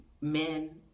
men